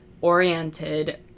oriented